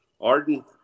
Arden